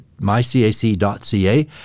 mycac.ca